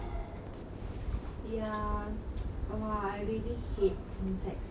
ya !wah! I really hate insects lah